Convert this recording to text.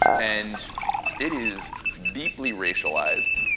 and it is deeply racialized,